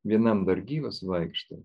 vienam dar gyvas vaikštau